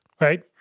right